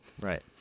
right